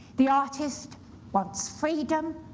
the artist wants freedom.